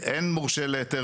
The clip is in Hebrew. איחוד וחלוקה לוקח הרבה זמן.